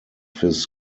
his